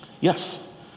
Yes